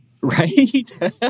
Right